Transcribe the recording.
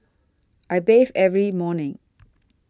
I bathe every morning